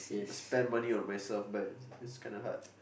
spend money on myself but it's kinda hard